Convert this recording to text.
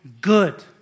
good